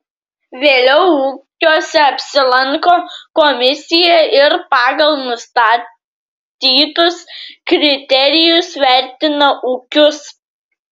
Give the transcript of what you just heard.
vėliau ūkiuose apsilanko komisija ir pagal nustatytus kriterijus vertina ūkius